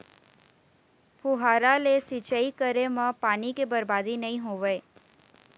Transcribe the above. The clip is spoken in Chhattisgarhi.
फुहारा ले सिंचई करे म पानी के बरबादी नइ होवय